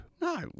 No